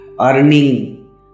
earning